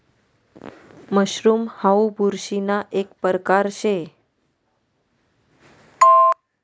mushroom हाऊ बुरशीना एक परकार शे